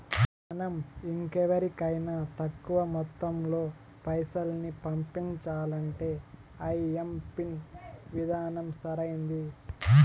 మనం ఇంకెవరికైనా తక్కువ మొత్తంలో పైసల్ని పంపించాలంటే ఐఎంపిన్ విధానం సరైంది